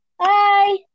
Hi